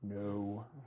No